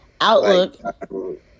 outlook